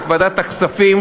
את ועדת הכספים,